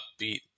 upbeat